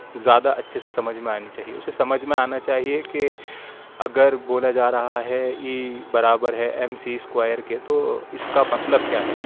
زیادہ اچھے سے سمجھ میں آنی چاہیے اُسے سمجھ میں آنا چاہیے کہ اگر بولا جا رہا ہے ای برابر ہے ایم سی اسکوائر کے تو اِس کا مطلب کیا ہے